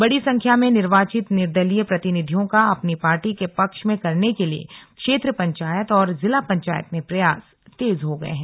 बड़ी संख्या में निर्वाचित निर्दलीय प्रतिनिधियों का अपनी पार्टी के पक्ष में करने के लिए क्षेत्र पंचायत और जिला पंचायत में प्रयास तेज हो गए हैं